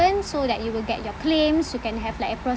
so that you will get your claims you can have like a pros~